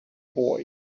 boy